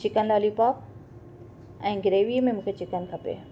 chicken lollipop ऐं ग्रेवीअ में मूंखे चिकन खपे